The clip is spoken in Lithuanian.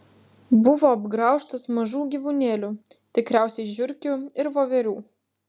buvo apgraužtas mažų gyvūnėlių tikriausiai žiurkių ir voverių